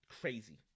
Crazy